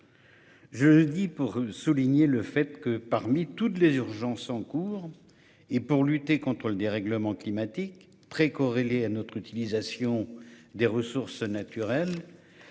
Je le dis pour souligner le fait que, parmi toutes les urgences en cours, et pour lutter contre le dérèglement climatique, très corrélé à notre utilisation des ressources naturelles,